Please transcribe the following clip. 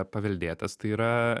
paveldėtas tai yra